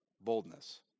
boldness